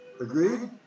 Agreed